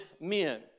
men